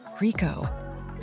Rico